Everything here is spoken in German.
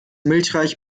milchreis